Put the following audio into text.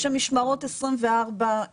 יש שם משמרות 24/7,